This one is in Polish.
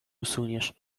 usuniesz